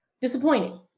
disappointing